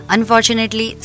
Unfortunately